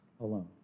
alone